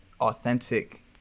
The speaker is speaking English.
authentic